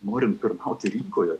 norint pirmauti rinkoje